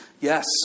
Yes